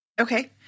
Okay